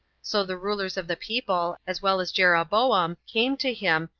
so the rulers of the people, as well as jeroboam, came to him,